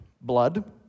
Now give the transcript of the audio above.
blood